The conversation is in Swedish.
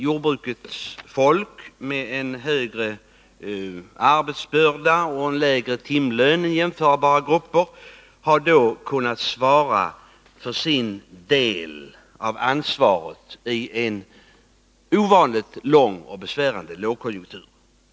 Jordbrukets folk har, med en större arbetsbörda och en lägre timlön än jämförbara grupper, tagit sin del av ansvaret i en ovanligt lång och besvärande lågkonjunktur.